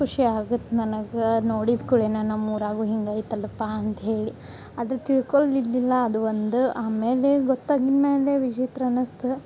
ಖುಷಿ ಆಗತ್ತೆ ನನಗೆ ನೋಡಿದ ಕುಳೆ ನಾ ನಮ್ಮೂರಾಗು ಹಿಂಗ ಐತಲಪ್ಪ ಅಂತ್ಹೇಳಿ ಅದು ತಿಳ್ಕೊಲಿದ್ದಿಲ್ಲ ಅದು ಒಂದು ಆಮೇಲೆ ಗೊತ್ತಾಗಿದ್ಮೇಲೆ ವಿಚಿತ್ರ ಅನಸ್ತು